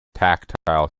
tactile